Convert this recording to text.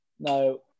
No